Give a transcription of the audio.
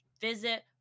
visit